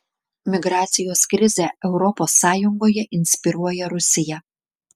migracijos krizę europos sąjungoje inspiruoja rusija